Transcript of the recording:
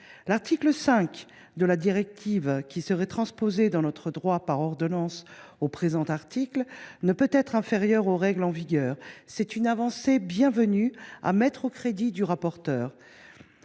L’article 5 de la directive qui serait transposée dans notre droit par ordonnance au présent article ne peut être inférieur aux règles en vigueur. C’est une avancée bienvenue à mettre au crédit du rapporteur.